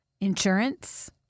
insurance